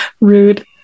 Rude